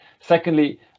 Secondly